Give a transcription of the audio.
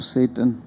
Satan